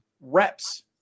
reps